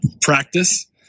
practice